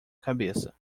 cabeça